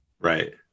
Right